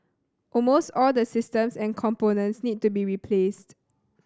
almost all the systems and components need to be replaced